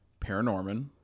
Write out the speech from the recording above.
Paranorman